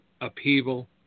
upheaval